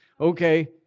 okay